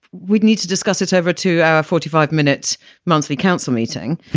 we'd need to discuss it over to our forty five minute monthly council meeting.